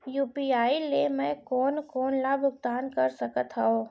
UPI ले मैं कोन कोन ला भुगतान कर सकत हओं?